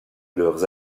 leurs